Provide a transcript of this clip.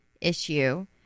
issue